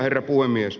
herra puhemies